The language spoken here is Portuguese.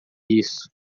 isso